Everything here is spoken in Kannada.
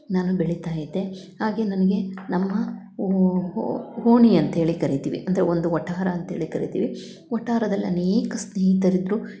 ನಾನು ಬೆಳಿತಾ ಇದ್ದ ಹಾಗೆ ನನಗೆ ನಮ್ಮ ಓಣಿ ಅಂತೇಳಿ ಕರೀತಿವಿ ಅಂದರೆ ಒಂದು ವಠಾರ ಅಂತೇಳಿ ಕರೀತಿವಿ ವಠಾರದಲ್ಲಿ ಅನೇಕ ಸ್ನೇಹಿತರಿದ್ದರು